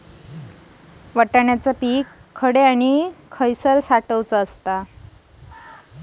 वाटाणा पीक कसे आणि कुठे साठवावे?